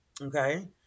okay